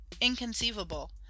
inconceivable